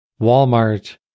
Walmart